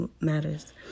matters